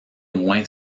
moins